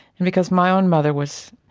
and because my own mother was,